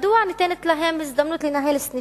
מדוע ניתנת להם הזדמנות לנהל סניפים?